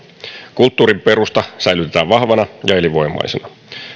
kulttuurin perusta säilytetään vahvana ja elinvoimaisena